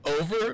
over